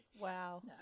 Wow